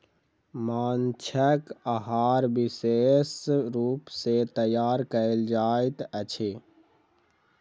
माँछक आहार विशेष रूप सॅ तैयार कयल जाइत अछि